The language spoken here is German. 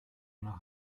nach